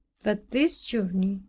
that this journey,